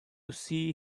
see